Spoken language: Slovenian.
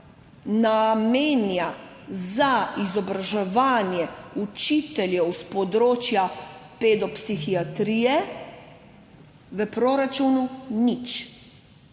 namenja za izobraževanje učiteljev s področja pedopsihiatrije v proračunu nič